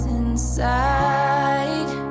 inside